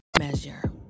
Measure